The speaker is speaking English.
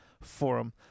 forum